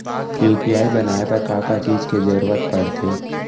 UPI बनाए बर का का चीज के जरवत पड़थे?